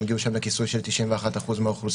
הם הגיעו שם לכיסוי של 91% מהאוכלוסייה.